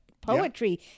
poetry